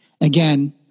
again-